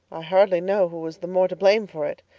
i hardly know who was the more to blame for it.